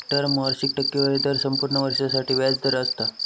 term वार्षिक टक्केवारी दर संपूर्ण वर्षासाठी व्याज दर असता